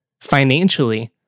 Financially